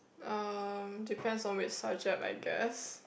um depends on which subject I guess